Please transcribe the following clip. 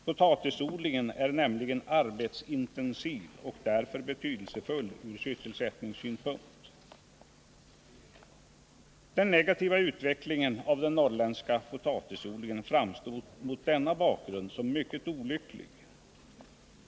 Potatisodlingen är nämligen arbetsintensiv och därför betydelsefull från sysselsättningssynpunkt. Den negativa utvecklingen av den norrländska potatisodlingen framstår mot denna bakgrund som mycket olycklig.